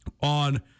on